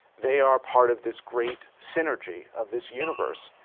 they are part of this great synergy of this universe.